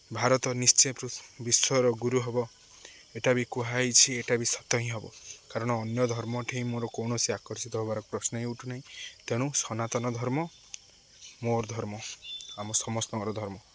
ଭାରତ ନିଶ୍ଚୟ ବିଶ୍ୱର ଗୁରୁ ହେବ ଏଇଟା ବି କୁହାହୋଇଛି ଏଇଟା ବି ସତ ହିଁ ହେବ କାରଣ ଅନ୍ୟ ଧର୍ମଠି ମୋର କୌଣସି ଆକର୍ଷିତ ହେବାର ପ୍ରଶ୍ନ ହିଁ ଉଠୁନାହିଁ ତେଣୁ ସନାତନ ଧର୍ମ ମୋ ଧର୍ମ ଆମ ସମସ୍ତଙ୍କର ଧର୍ମ